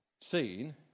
seen